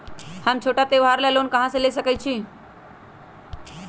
हम छोटा त्योहार ला लोन कहां से ले सकई छी?